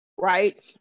right